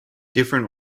different